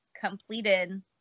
completed